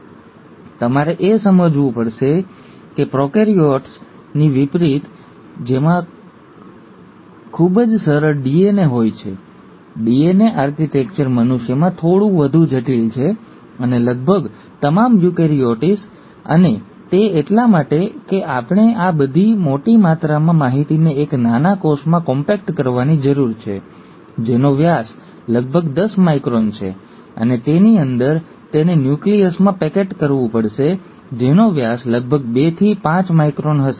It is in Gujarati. તેથી તમારે એ સમજવું પડશે કે પ્રોકેરીયોટ્સથી વિપરીત જેમાં ખૂબ જ સરળ ડીએનએ હોય છે ડીએનએ આર્કિટેક્ચર મનુષ્યમાં થોડું વધુ જટિલ છે અને લગભગ તમામ યુકેરીયોટ્સ અને તે એટલા માટે કે આપણે આ બધી મોટી માત્રામાં માહિતીને એક નાના કોષમાં કોમ્પેક્ટ કરવાની જરૂર છે જેનો વ્યાસ લગભગ દસ માઇક્રોન છે અને તેની અંદર તેને ન્યુક્લિયસમાં પેકેટ કરવું પડશે જેનો વ્યાસ લગભગ બેથી પાંચ માઇક્રોન હશે